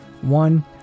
one